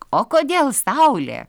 o kodėl saulė